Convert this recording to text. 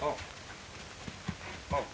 oh oh